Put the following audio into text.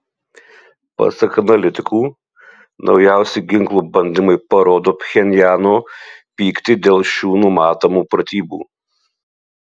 pasak analitikų naujausi ginklų bandymai parodo pchenjano pyktį dėl šių numatomų pratybų